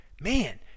man